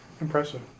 Impressive